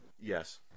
Yes